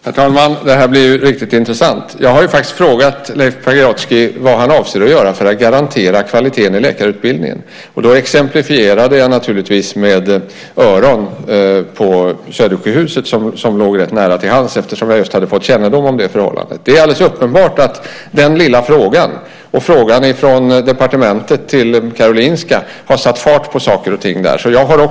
Herr talman! Det här blir ju riktigt intressant. Jag har faktiskt frågat Leif Pagrotsky vad han avser att göra för att garantera kvaliteten i läkarutbildningen. Då exemplifierade jag med öronutbildningen på Södersjukhuset, som låg rätt nära till hands eftersom jag just hade fått kännedom om det förhållandet. Det är alldeles uppenbart att den lilla frågan och frågan från departementet till Karolinska har satt fart på saker och ting där.